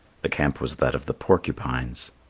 the camp was that of the porcupines.